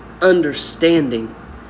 understanding